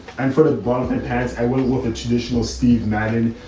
and for the pads, i wouldn't work a traditional steve madden.